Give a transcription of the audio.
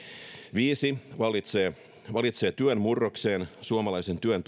viisi valitsee valitsee työn murrokseen suomalaisen työn